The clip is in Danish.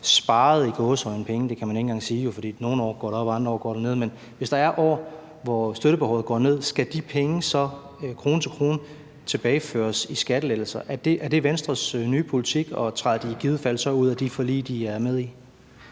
sparet penge, og det kan man jo ikke engang sige, for nogle år går det op, og andre år går det ned, men at hvis der er år, hvor støttebehovet går ned, skal de penge krone til krone tilbageføres i skattelettelser? Er det Venstres nye politik, og træder de i givet fald så ud af de forlig, de er med i?